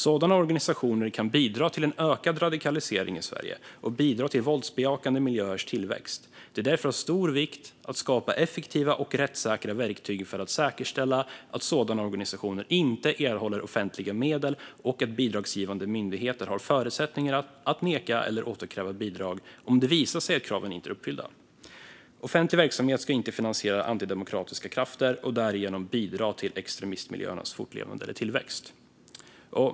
Sådana organisationer kan bidra till en ökad radikalisering i Sverige och bidra till våldsbejakande miljöers tillväxt. Det är därför av stor vikt att skapa effektiva och rättssäkra verktyg för att säkerställa att sådana organisationer inte erhåller offentliga medel och att bidragsgivande myndigheter har förutsättningar att neka eller återkräva bidrag om det visar sig att kraven inte är uppfyllda. Offentlig verksamhet ska inte finansiera antidemokratiska krafter och därigenom bidra till extremistmiljöernas fortlevnad eller tillväxt."